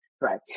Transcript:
right